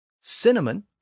Cinnamon